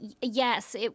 yes